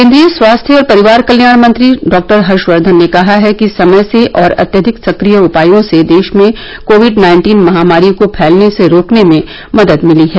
केन्द्रीय स्वास्थ्य और परिवार कल्याण मंत्री डॉ हर्षवर्धन ने कहा है कि समय से और अत्यधिक सक्रिय उपायों से देश में कोविड नाइन्टीन महामारी को फैलने से रोकने में मदद मिली है